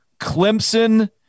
Clemson